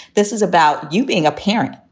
this is about you being a parent,